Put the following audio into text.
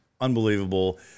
unbelievable